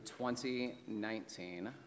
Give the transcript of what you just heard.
2019